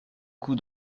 coup